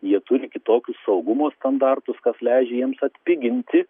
jie turi kitokius saugumo standartus kas leidžia jiems atpiginti